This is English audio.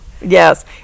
Yes